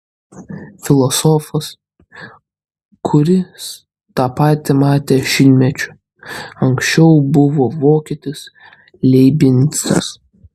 filosofas kuris tą patį matė šimtmečiu anksčiau buvo vokietis leibnicas